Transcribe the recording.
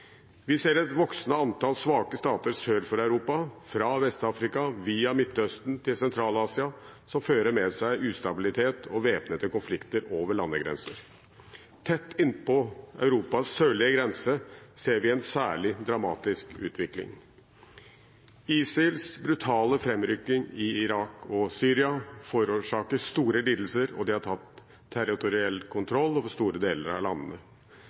Vi ser et voksende antall svake stater sør for Europa – fra Vest-Afrika via Midtøsten til Sentral-Asia – som fører med seg ustabilitet og væpnede konflikter over landegrenser. Tett innpå Europas sørlige grense ser vi en særlig dramatisk utvikling. ISILs brutale framrykking i Irak og Syria forårsaker store lidelser, og de har tatt territoriell kontroll over store deler av